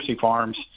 Farms